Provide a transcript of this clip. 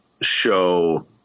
show